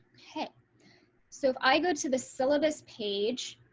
beck so if i go to the syllabus page,